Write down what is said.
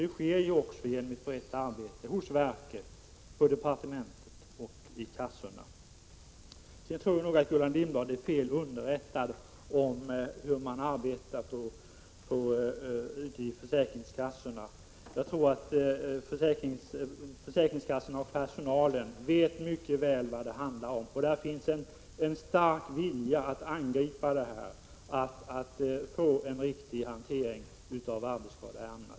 Det sker också genom ett brett arbete hos verket, på departementet och i kassorna. Jag tror att Gullan Lindblad är fel underrättad om hur man arbetar ute på försäkringskassorna. Jag tror att personalen där mycket väl vet vad det handlar om, och där finns en stark vilja att angripa det hela och få en riktig hantering av arbetsskadeärendena.